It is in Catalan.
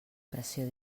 pressió